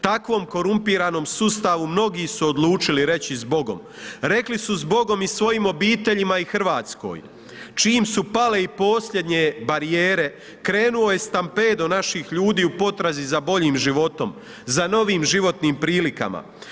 Takvom korumpiranom sustavu mnogi su odlučili reći zbogom, rekli su zbogom i svojim obiteljima i Hrvatskoj čim su pale i posljednje barijere krenuo je stampedo naših ljudi u potrazi za boljim životom, za novim životnim prilikama.